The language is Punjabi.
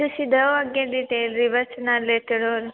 ਰਿਲੇਟਿਡ ਤੁਸੀਂ ਦੋ ਅੱਗੇ ਡਿਟੇਲ ਰਿਵਰਸ ਨਾਲ ਹੋਰ